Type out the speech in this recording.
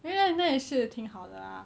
因为那那也是挺好的 ah